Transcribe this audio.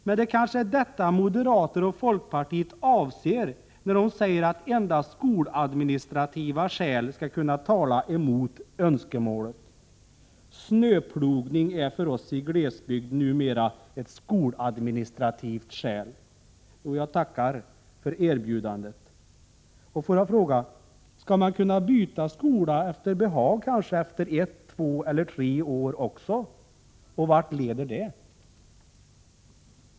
Men det kanske är detta moderater och folkpartister avser när de säger att endast skoladministrativa skäl skall kunna tala emot önskemålet. Snöplogning är för oss i glesbygd numera ett skoladministrativt skäl. Jo, jag tackar för erbjudandet. Får jag då fråga: Skall man kunna byta skola efter behag, efter kanske ett, två eller tre år, också? Och vart leder det?